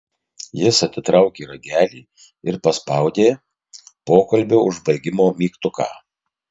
jis atitraukė ragelį ir paspaudė pokalbio užbaigimo mygtuką